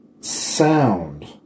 sound